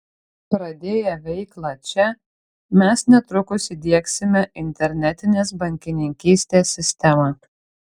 pradėję veiklą čia mes netrukus įdiegsime internetinės bankininkystės sistemą